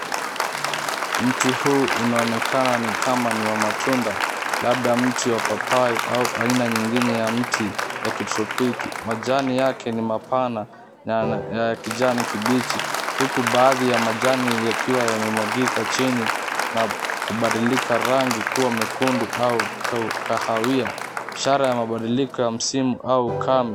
Mti huu unaonekana ni kama ni wa matunda. Labda mti wa papai au aina nyingine ya mti ya kitropiki. Majani yake ni mapana na ya kijani kibichi, huku baadhi ya majani yakiwa yamemwagika chini na kubadilika rangi kuwa mekundu au kahawia, ishara ya mabadiliko ya msimu au ukame.